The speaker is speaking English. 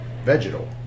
vegetal